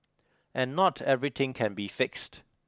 and not everything can be fixed